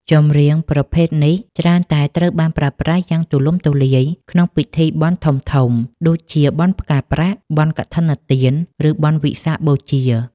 ចម្រៀងប្រភេទនេះច្រើនតែត្រូវបានប្រើប្រាស់យ៉ាងទូលំទូលាយក្នុងពិធីបុណ្យធំៗដូចជាបុណ្យផ្កាប្រាក់ បុណ្យកឋិនទាន ឬបុណ្យវិសាខបូជា